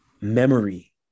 memory